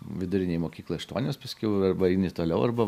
vidurinėj mokykloj aštuonios paskiau arba eini toliau arba